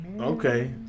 Okay